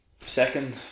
second